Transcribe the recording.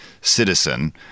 citizen—